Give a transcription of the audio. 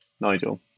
Nigel